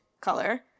color